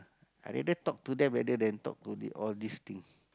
I rather talk to them rather than talk to the~ all these thing